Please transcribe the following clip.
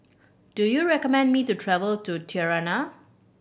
do you recommend me to travel to Tirana